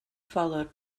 followed